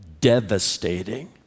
devastating